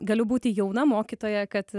galiu būti jauna mokytoja kad